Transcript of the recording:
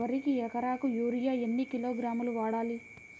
వరికి ఎకరాకు యూరియా ఎన్ని కిలోగ్రాములు వాడాలి?